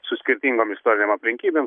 su skirtingom istorinėm aplinkybėm